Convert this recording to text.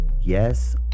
Yes